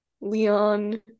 Leon